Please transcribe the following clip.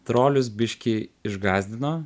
trolius biškį išgąsdino